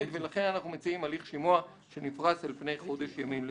ולכן אנחנו מציעים הליך שימוע שנפרס על פני חודש ימים לפחות.